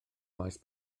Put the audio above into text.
maes